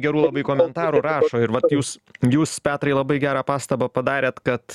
gerų labai komentarų rašo ir vat jūs jūs petrai labai gerą pastabą padarėt kad